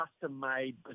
custom-made